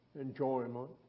enjoyment